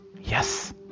Yes